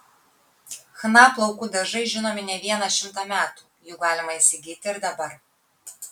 chna plaukų dažai žinomi ne vieną šimtą metų jų galima įsigyti ir dabar